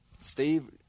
Steve